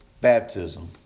baptism